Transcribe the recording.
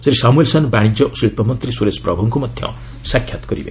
Shri Samuelson ବାଣିଜ୍ୟ ଓ ଶିଳ୍ପମନ୍ତ୍ରୀ ସୁରେଶ ପ୍ରଭୁଙ୍କୁ ମଧ୍ୟ ସାକ୍ଷାତ କରିବେ